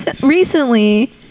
recently